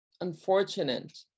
unfortunate